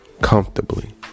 comfortably